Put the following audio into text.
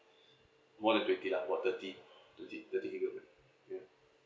more than twenty lah about thirty thirty thirty gigabyte ya